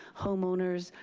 homeowners,